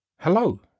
Hello